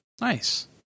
Nice